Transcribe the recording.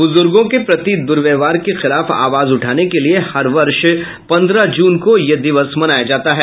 बुजुर्गो के प्रति दुर्व्यवहार के खिलाफ आवाज उठाने के लिए हर वर्ष पंद्रह जून को यह दिवस मनाया जाता है